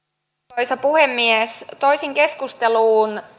arvoisa puhemies toisin keskusteluun